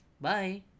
Bye